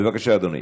בבקשה, אדוני.